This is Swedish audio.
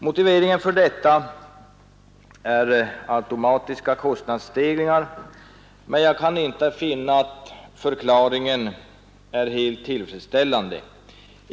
Motiveringen för detta är automatiska kostnadsstegringar, men jag kan inte finna att den förklaringen är tillfredsställande.